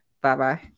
Bye-bye